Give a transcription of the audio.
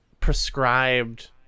prescribed